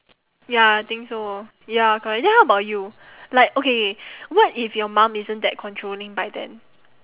ya I think so ya correct then how about you like okay what if your mum isn't that controlling by then